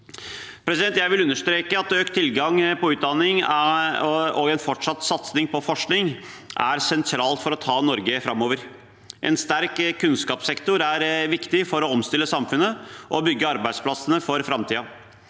Jeg vil understreke at økt tilgang på utdanning og en fortsatt satsing på forskning er sentralt for å ta Norge framover. En sterk kunnskapssektor er viktig for å omstille samfunnet og bygge arbeidsplassene for framtiden.